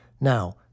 Now